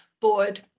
board